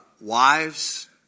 wives